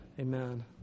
Amen